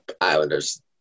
Islanders